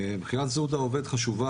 בחירת זהות העובד חשובה